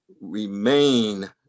remain